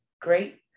great